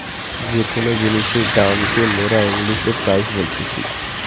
যে কোন জিনিসের দাম কে মোরা ইংলিশে প্রাইস বলতিছি